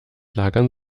lagern